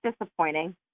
disappointing